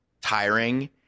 tiring